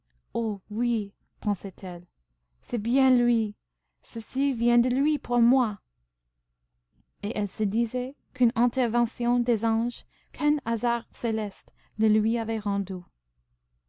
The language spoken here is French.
oh oui pensait-elle c'est bien lui ceci vient de lui pour moi et elle se disait qu'une intervention des anges qu'un hasard céleste le lui avait rendu